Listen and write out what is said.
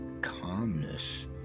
calmness